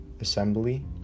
assembly